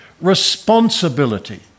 responsibility